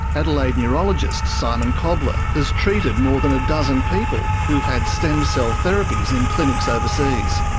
adelaide neurologist simon koblar has treated more than a dozen people who've had stem cell therapies in clinics overseas.